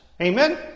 Amen